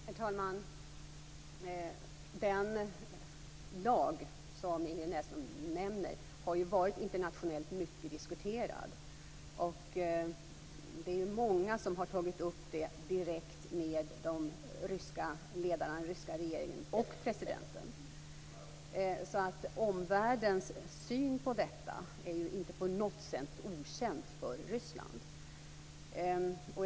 Herr talman! Den lag som Ingrid Näslund nämner har varit internationellt mycket diskuterad. Det är många som har tagit upp den direkt med de ryska ledarna, den ryska regeringen och presidenten. Omvärldens syn på detta är inte på något sätt okänt för Ryssland.